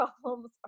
problems